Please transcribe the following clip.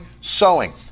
sowing